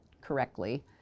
correctly